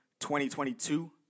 2022